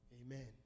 Amen